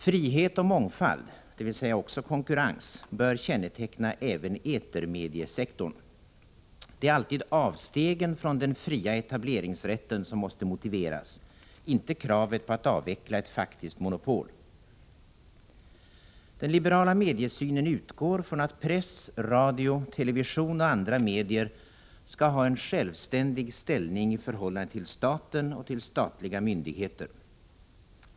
Frihet och mångfald, dvs. också konkurrens, bör känneteckna även etermediesektorn. Det är alltid avstegen från den fria etableringsrätten som måste motiveras, inte kravet på att avveckla ett faktiskt monopol. Den liberala mediesynen utgår från att press, radio, television och andra medier skall ha en självständig ställning i förhållande till staten och till statliga myndigheter.